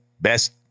Best